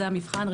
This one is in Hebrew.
זה המבחן,